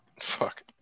Fuck